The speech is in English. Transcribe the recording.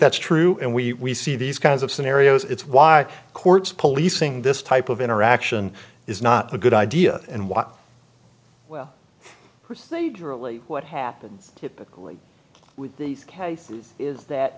that's true and we see these kinds of scenarios it's why courts policing this type of interaction is not a good idea and what well procedurally what happens typically with these cases is that